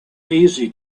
easy